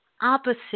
Opposite